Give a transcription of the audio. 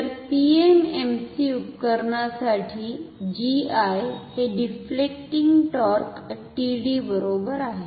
तर पीएमएमसी उपकरणासाठी GI हे डिफ्लेक्टींग टॉर्क TD बरोबर आहे